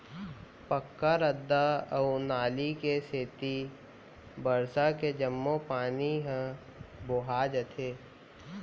पक्का रद्दा अउ नाली के सेती बरसा के जम्मो पानी ह बोहा जाथे